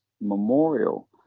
memorial